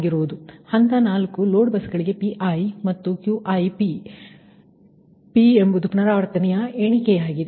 ಆದ್ದರಿಂದ ಹಂತ 4 ಲೋಡ್ ಬಸ್ಗಳಿಗೆ Pi ಮತ್ತು Qi ಪಿ ಎಂಬುದು ಪುನರಾವರ್ತನೆಯ ಎಣಿಕೆಯಾಗಿದೆ